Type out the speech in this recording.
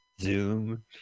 Zoom